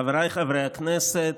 חבריי חברי הכנסת,